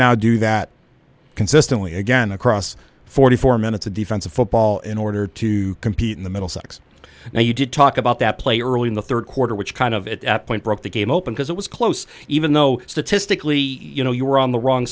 now do that consistently again across forty four minutes of defensive football in order to compete in the middlesex and you did talk about that play early in the third quarter which kind of it at point broke the game open because it was close even though statistically you know you were on the wrong